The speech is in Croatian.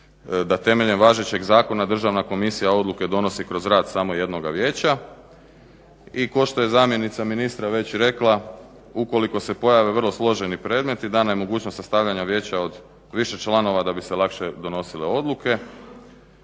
da temeljem važećeg zakona državna komisija odluke donosi kroz rad samo jednoga vijeća i kao što je zamjenica ministra već rekla, ukoliko se pojave vrlo složeni predmeti dana je mogućnost sastavljanja vijeća od više članova da bi se lakše donosile odluke.